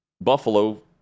Buffalo